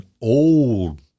Old